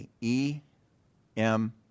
e-m